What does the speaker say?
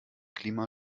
klima